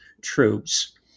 troops